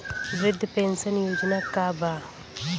वृद्ध पेंशन योजना का बा?